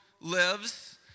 lives